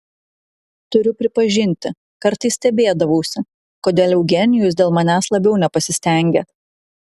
turiu pripažinti kartais stebėdavausi kodėl eugenijus dėl manęs labiau nepasistengia